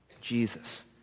Jesus